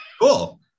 Cool